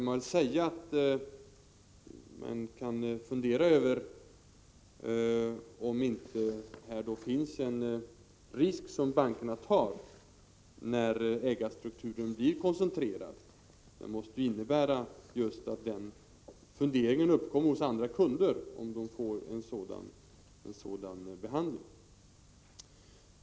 Man kan fundera över om bankerna inte tar en risk i och med att ägarstrukturen tillåts bli koncentrerad. Andra kunder måste fråga sig om de får lika behandling.